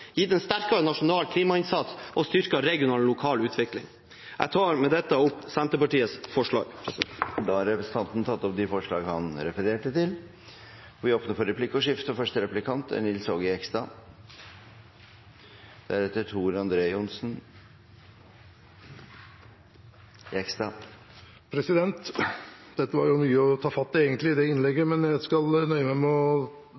gitt en sterkere nasjonal klimainnsats og styrket regional og lokal utvikling. Jeg tar med dette opp Senterpartiets forslag. Representanten Willfred Nordlund har tatt opp de forslagene han refererte til. Det blir replikkordskifte. Det var egentlig mye å ta fatt i i det innlegget, men jeg skal nøye meg med å